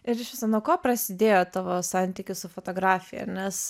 ir iš viso nuo ko prasidėjo tavo santykis su fotografija nes